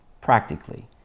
practically